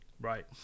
Right